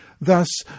Thus